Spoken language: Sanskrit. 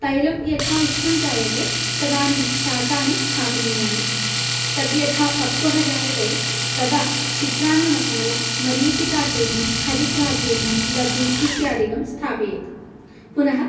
तैलं यथा उष्णं जायते तदानीं शाकानि स्थापनीयानि तद्यथा पक्वः जायते तदा चित्रान्नमसाला मरीचिकाचूर्णं हरिद्राचूर्णं दधि इत्यादिकं स्थापयेत् पुनः